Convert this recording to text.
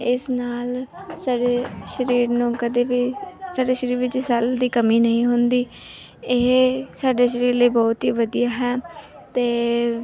ਇਸ ਨਾਲ ਸਾਡੇ ਸਰੀਰ ਨੂੰ ਕਦੇ ਵੀ ਸਾਡੇ ਸਰੀਰ ਵਿੱਚ ਸੈਲ ਦੀ ਕਮੀ ਨਹੀਂ ਹੁੰਦੀ ਇਹ ਸਾਡੇ ਸਰੀਰ ਲਈ ਬਹੁਤ ਹੀ ਵਧੀਆ ਹੈ ਅਤੇ